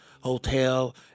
hotel